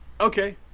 Okay